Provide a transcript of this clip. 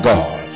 God